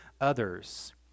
others